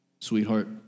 sweetheart